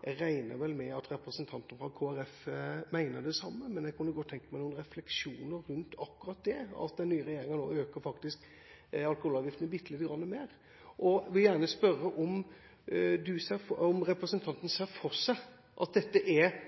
Jeg regner vel med at representanten fra Kristelig Folkeparti mener det samme, men jeg kunne godt tenkt meg noen refleksjoner rundt akkurat det at den nye regjeringa nå faktisk øker alkoholavgiftene bitte lite grann mer. Jeg vil gjerne spørre om representanten ser for seg at